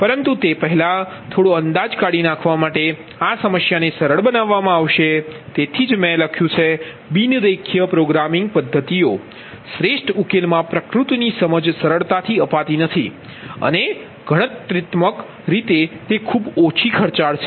પરંતુ તે પહેલાં થોડો અંદાજ કાઢી નાખવા માટે આ સમસ્યાને સરળ બનાવવામાં આવશે તેથી જ મેં લખ્યું છે બિન રેખીય પ્રોગ્રામિંગ પદ્ધતિઓ શ્રેષ્ઠ ઉકેલમાં પ્રકૃતિની સમજ સરળતાથી આપતી નથી અને ગણતરીત્મક રીતે તે ખૂબ ખર્ચાળ છે